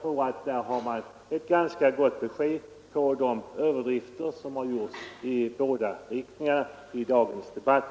Dessa uttalanden ger ett ganska gott besked om de överdrifter som gjorts i båda riktningarna i dagens debatt.